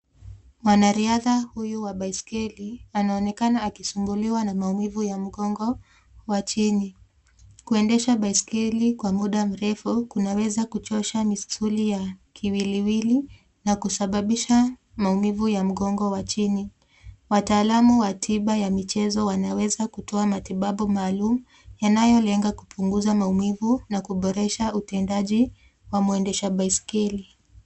Mwanariadha huyu wa baiskeli anaonekana akisumbuliwa na maumivu ya mgongo wa chini. Kuendesha baiskeli kwa muda mrefu kunaweza kuchosha misuli ya kiwiliwili na kusababisha maumivu ya mgongo wa chini. Wataalamu wa tiba ya michezo wanaweza kutoa matibabu maalum yanayolenga kupunguza maumivu na kuboresha utendaji wa mwendesha baiskeli.